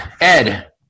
Ed